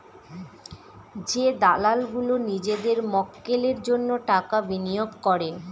যে দালাল গুলো নিজেদের মক্কেলের জন্য টাকা বিনিয়োগ করে